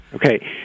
Okay